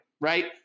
right